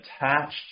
attached